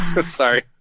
Sorry